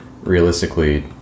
realistically